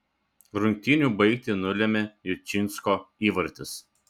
rungtynių baigtį nulėmė jučinsko įvartis